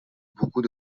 beaucoup